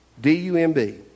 D-U-M-B